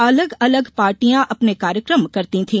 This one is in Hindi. अलग अलग पार्टियां अपने कार्यक्रम करती थी